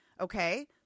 okay